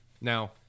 Now